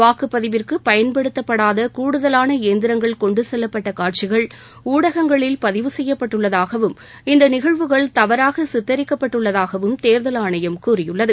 வாக்குப்பதிவிற்கு பயன்படுத்தப்படாத கூடுதவாள இயந்திரங்கள் கொன்டு செல்லப்பட்ட காட்சிகள் ஊடகங்களில் பதிவு செய்யப்பட்டுள்ளதாகவும் இந்த நிகழ்வுகள் தவறாக சித்தரிக்கப்பட்டு உள்ளதாகவும் தேர்தல் ஆணையம் கூறியுள்ளது